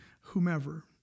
whomever